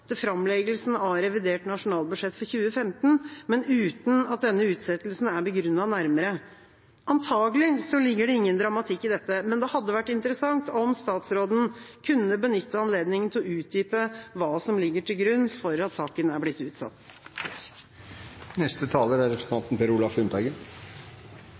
til framleggelsen av revidert nasjonalbudsjett for 2015, men uten at denne utsettelsen er begrunnet nærmere. Antakelig ligger det ingen dramatikk i dette, men det hadde vært interessant om statsråden kunne benytte anledninga til å utdype hva som ligger til grunn for at saken er blitt utsatt. Bare to merknader. Det ene er